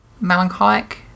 melancholic